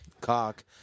cock